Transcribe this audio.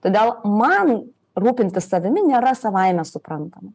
todėl man rūpintis savimi nėra savaime suprantama